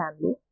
family